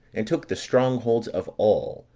and took the strong holds of all,